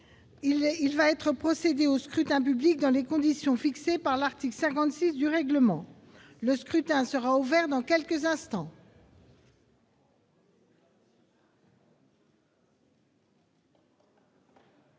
Il va être procédé au scrutin dans les conditions fixées par l'article 56 du règlement. Le scrutin est ouvert. Personne ne demande